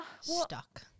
stuck